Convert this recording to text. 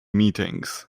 meetings